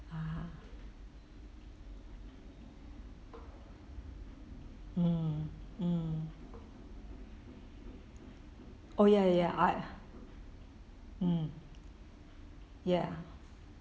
mm mm oh ya ya ya I mm ya